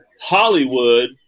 Hollywood